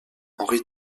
henry